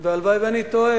זה ניסיון, הלוואי שאני טועה.